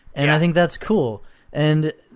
and i think that's cool and